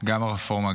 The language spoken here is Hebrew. גם הרפורמה,